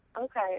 okay